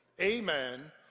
amen